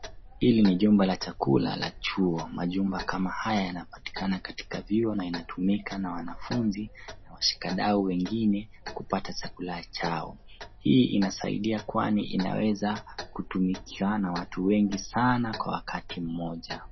Hili ni jumba la chakula la chuo. Majumba kama haya yanapatikana katika vyuo na inatumika na wanafuzi na washika dau wengine kupata chakula chao. Hii inasaidia kwani inaweza kutumika na watu wengi sana kwa wakati mmoja.